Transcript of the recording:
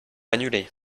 annulés